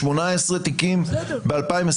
18 תיקים ב-2021.